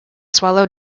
swallow